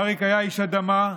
אריק היה איש אדמה,